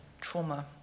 trauma